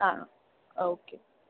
ആ ഓക്കേ